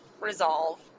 resolve